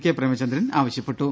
K Premachandran ആവശ്യപ്പെട്ടു